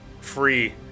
free